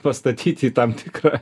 pastatyti į tam tikrą